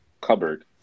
cupboard